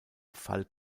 fall